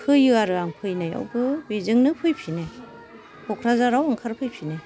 फैयो आरो आं फैनायावबो बेजोंनो फैफिनो क'क्राझाराव ओंखारफैफिनो